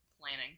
planning